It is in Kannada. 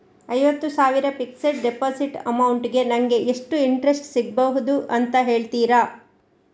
ಐವತ್ತು ಸಾವಿರ ಫಿಕ್ಸೆಡ್ ಡೆಪೋಸಿಟ್ ಅಮೌಂಟ್ ಗೆ ನಂಗೆ ಎಷ್ಟು ಇಂಟ್ರೆಸ್ಟ್ ಸಿಗ್ಬಹುದು ಅಂತ ಹೇಳ್ತೀರಾ?